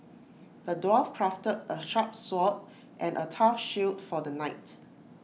the dwarf crafted A sharp sword and A tough shield for the knight